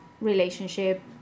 relationship